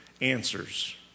answers